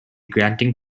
granting